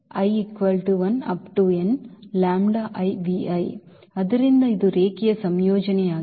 ಆದ್ದರಿಂದ ಇಲ್ಲಿ ಆದ್ದರಿಂದ ಇದು ರೇಖೀಯ ಸಂಯೋಜನೆಯಾಗಿದೆ